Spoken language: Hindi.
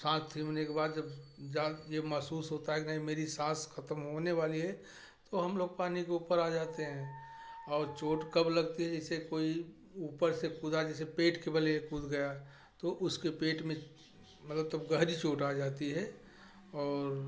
साँस धीमने के बाद जब जान जे महसूस होता है कि नहीं मेरी साँस ख़त्म होने वाली है तो हम लोग पानी को ऊपर आ जाते हैं और चोट कब लगती है जैसे कोई ऊपर से कूदा जैसे पेट के बल ही कूद गया तो उसके पेट में मतलब तब गहरी चोट आ जाती है और